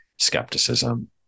skepticism